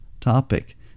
topic